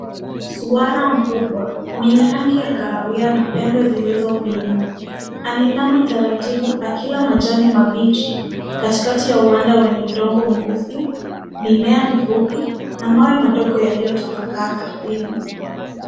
Swara mkubwa mwenye rangi ya kahawia na pembe zilizopinda anainama taratibu akila majani mabichi katikati ya uwanja wenye udongo mweusi, mimea mifupi na mawe madogo yaliyotapakaa ardhini.